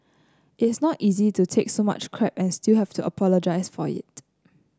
it's not easy to take so much crap and still have to apologise for it